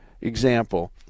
example